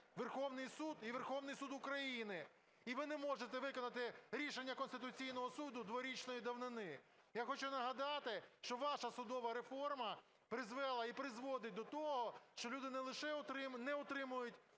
Верховний Суд і Верховний Суд України, і ви не можете виконати рішення Конституційного Суду дворічної давнини. Я хочу нагадати, що ваша судова реформа призвела і призводить до того, що люди не лише не отримують